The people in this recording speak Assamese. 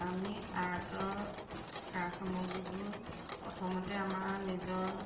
আমি আৰ্টৰ সা সামগ্ৰীবোৰ প্ৰথমতে আমাৰ নিজৰ